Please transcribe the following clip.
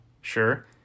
sure